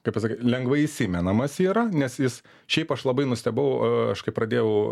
kaip pasakyt lengvai įsimenamas yra nes jis šiaip aš labai nustebau aš kai pradėjau